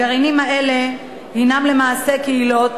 הגרעינים האלה הינם למעשה קהילות